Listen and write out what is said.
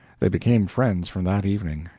they became friends from that evening,